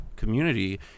community